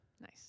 Nice